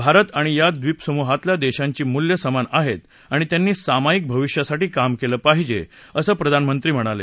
भारत आणि या ड्रीपसमूहातल्या देशांची मूल्य समान आहेत आणि त्यांनी सामाईक भविष्यासाठी काम केलं पाहिजे असं प्रधानमंत्री म्हणाले